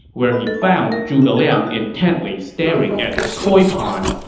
where he found zhuge liang intently staring at his koi pond,